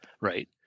Right